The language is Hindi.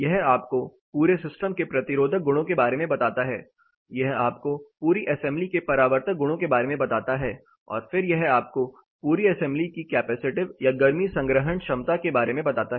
यह आपको पूरे सिस्टम के प्रतिरोधक गुणों के बारे में बताता है यह आपको पूरी असेंबली के परावर्तक गुणों के बारे में बताता है और फिर यह आपको पूरी असेंबली की कैपेसिटिव या गर्मी संग्रहण क्षमता के बारे में बताता है